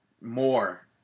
more